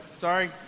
sorry